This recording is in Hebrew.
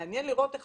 מעניין לראות איך